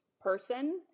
person